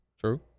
True